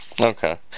Okay